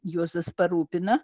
juozas parūpina